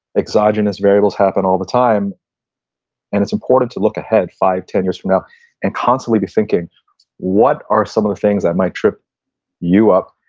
exogenous variables happen all the time and it's important to look ahead five, ten years from now and constantly be thinking what are some of the things that might trip you up?